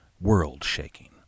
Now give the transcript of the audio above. world-shaking